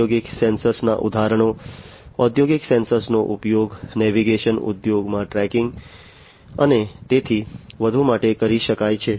ઔદ્યોગિક સેન્સર્સના ઉદાહરણો ઔદ્યોગિક સેન્સર્સનો ઉપયોગ નેવિગેશન ઉદ્યોગમાં ટ્રેકિંગ અને તેથી વધુ માટે કરી શકાય છે